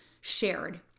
shared